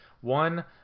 One